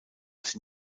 sie